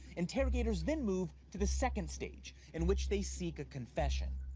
interrogators then move to the second stage in which they seek a confession.